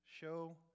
Show